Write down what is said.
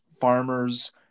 farmers